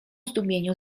zdumieniu